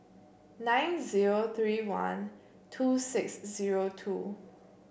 nine zero three one two six zero two